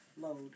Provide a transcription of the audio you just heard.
load